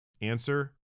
answer